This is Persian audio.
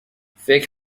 فکر